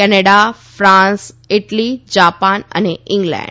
Canada France Italy Japan અને England